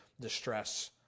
distress